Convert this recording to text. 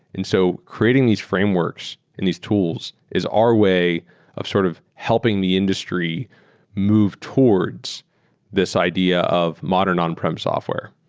and so creating these frameworks and these tools is our way of sort of helping the industry move towards this idea of modern on-prem software.